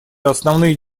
основные